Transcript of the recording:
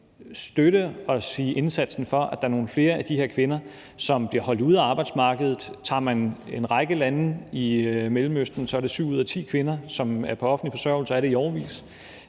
støtte os i indsatsen for at få nogle flere af de her kvinder, som bliver holdt ude af arbejdsmarkedet, i arbejde. Tager man en række lande i Mellemøsten, er det syv ud af ti kvinder med baggrund der, som er på offentlig forsørgelse og er det i årevis,